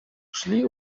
szli